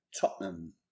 Tottenham